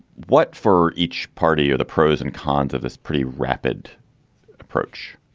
what for each party are the pros and cons of this pretty rapid approach?